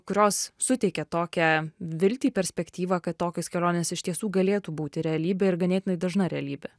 kurios suteikia tokią viltį perspektyvą kad tokios kelionės iš tiesų galėtų būti realybė ir ganėtinai dažna realybė